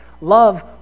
Love